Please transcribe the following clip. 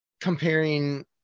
comparing